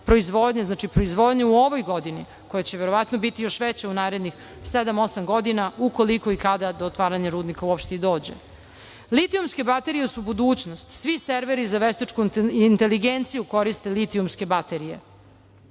proizvodnje, znači, proizvodnje u ovoj godini koja će verovatno biti još veća u narednih sedam, osam godina ukoliko i kada do otvaranja rudnika uopšte i dođe. Litijumske baterije su budućnost. Svi serveri za veštačku inteligenciju koriste litijumske baterije.